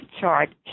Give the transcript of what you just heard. chart